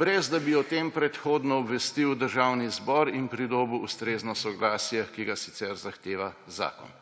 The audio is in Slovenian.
brez da bi o tem predhodno obvestil Državni zbor in pridobil ustrezno soglasje, ki ga sicer zahteva zakon.